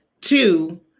Two